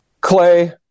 Clay